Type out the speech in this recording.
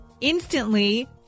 instantly